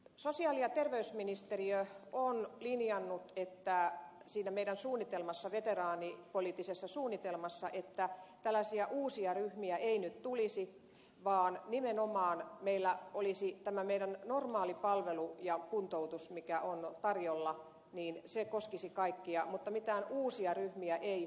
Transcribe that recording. sosiaali ja terveysministeriö on linjannut siinä meidän veteraanipoliittisessa suunnitelmassamme että tällaisia uusia ryhmiä ei nyt tulisi vaan nimenomaan meillä olisi tämä meidän normaali palvelu ja kuntoutus mikä on tarjolla ja se koskisi kaikkia eikä mitään uusia ryhmiä tulisi